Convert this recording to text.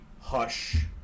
hush